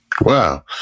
Wow